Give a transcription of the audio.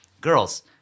girls